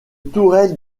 tourelle